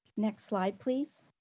next slide, please.